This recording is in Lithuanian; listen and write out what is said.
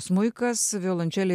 smuikas violončelė